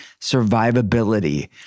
survivability